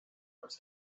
wars